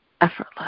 effortless